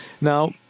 Now